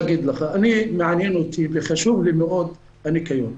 מעניין אותי וחשוב לי מאוד הניקיון.